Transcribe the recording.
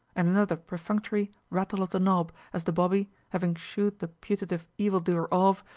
and another perfunctory, rattle of the knob as the bobby, having shoo'd the putative evil-doer off,